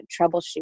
troubleshoot